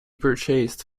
purchased